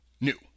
new